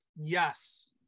Yes